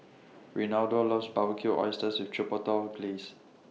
Reynaldo loves Barbecued Oysters with Chipotle Glaze